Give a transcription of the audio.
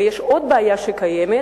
יש בעיה נוספת,